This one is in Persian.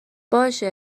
باشه